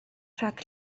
rhag